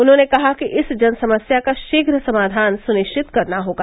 उन्होंने कहा कि इस जनसमस्या का शीघ्र समाधान सुनिश्चित करना होगा